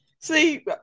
See